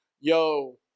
yo –